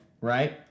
Right